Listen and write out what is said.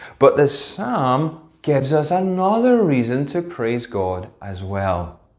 but the psalm gives us another reason to praise god as well.